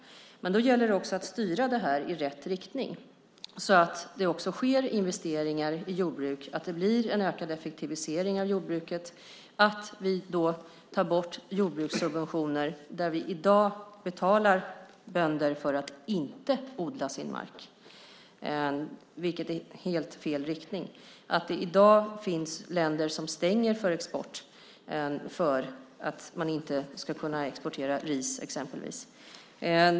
Men då gäller det också att styra det här i rätt riktning så att det också sker investeringar i jordbruk, att det blir en ökad effektivisering av jordbruket och att vi tar bort jordbrukssubventioner där vi i dag betalar bönder för att inte odla sin mark, vilket är helt fel riktning. Det finns i dag länder som stänger för export för att man inte ska kunna exportera ris till exempel.